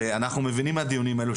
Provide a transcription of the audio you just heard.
ואנחנו מבינים מהדיונים האלו,